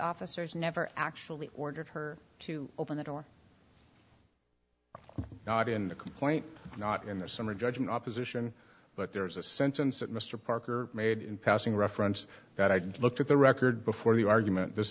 officers never actually ordered her to open the door knob in the complaint not in the summary judgment opposition but there's a sentence that mr parker made in passing reference that i didn't look at the record before the argument this